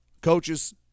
coaches